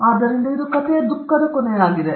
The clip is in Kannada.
ಆದ್ದರಿಂದ ಇದು ಕಥೆಯ ದುಃಖ ಕೊನೆಯಾಗಿದೆ